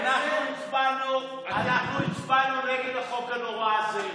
אנחנו הצבענו נגד החוק הנורא הזה,